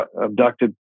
abducted